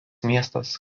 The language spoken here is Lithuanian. miestas